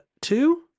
two